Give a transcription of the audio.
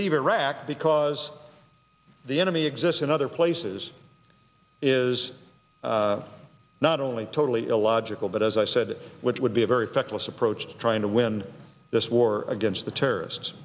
leave iraq because the enemy exists in other places is not only totally illogical but as i said which would be a very effective us approach to trying to win this war against the terrorists